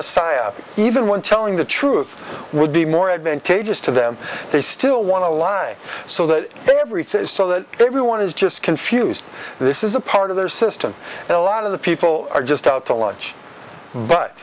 society even when telling the truth would be more advantageous to them they still want to lie so that everything is so that everyone is just confused this is a part of their system and a lot of the people are just out to lunch but